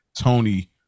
Tony